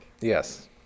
Yes